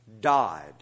died